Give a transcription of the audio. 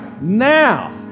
Now